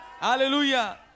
Hallelujah